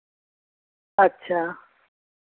अच्छा